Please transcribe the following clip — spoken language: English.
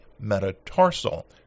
metatarsal